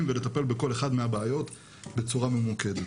ולטפל בכל אחת מהבעיות בצורה ממוקדת